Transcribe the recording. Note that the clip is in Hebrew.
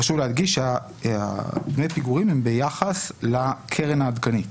חשוב להדגיש שדמי הפיגורים הם ביחס לקרן העדכנית.